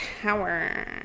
power